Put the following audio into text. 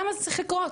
למה זה צריך לקרות?